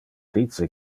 dice